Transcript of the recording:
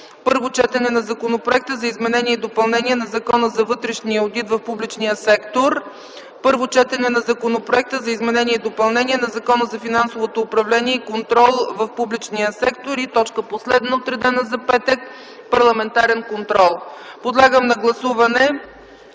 Първо четене на Законопроект за изменение и допълнение на Закона за вътрешния одит в публичния сектор. Първо четене на Законопроект за изменение и допълнение на Закона за финансовото управление и контрол в публичния сектор. Последната точка, отредена за петък, е парламентарен контрол. Моля да гласуваме